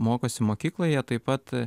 mokosi mokykloje taip pat